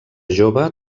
jove